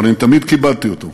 אבל אני תמיד כיבדתי אותו,